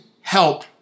help